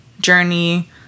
journey